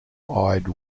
eyed